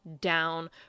down